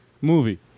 movie